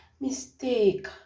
Mistake